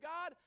God